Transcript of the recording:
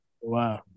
wow